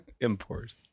Import